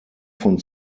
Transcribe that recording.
von